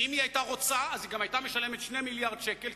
אם היא היתה רוצה היא גם היתה משלמת 2 מיליארדי שקלים,